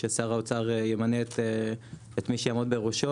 ששר האוצר ימנה את מי שיעמוד בראשו,